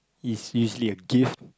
is usually a gift